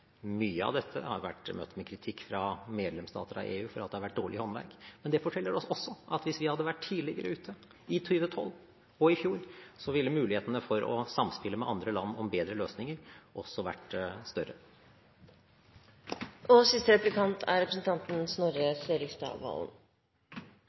Mye av dette har vært møtt med kritikk fra medlemsstater i EU om at det har vært dårlig håndverk. Men det forteller oss også at hvis vi hadde vært tidligere ute, i 2012 eller i fjor, ville mulighetene for å samspille med andre land om bedre løsninger også vært større. For min del kunne jeg gjerne hørt flere replikker fra representanten